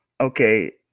okay